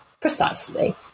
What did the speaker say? precisely